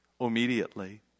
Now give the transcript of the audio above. immediately